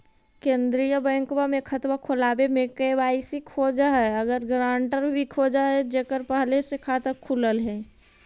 केंद्रीय बैंकवा मे खतवा खोलावे मे के.वाई.सी खोज है और ग्रांटर भी खोज है जेकर पहले से खाता खुलल है?